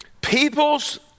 People's